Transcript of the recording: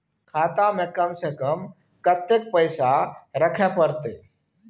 खाता में कम से कम कत्ते पैसा रखे परतै?